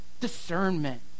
Discernment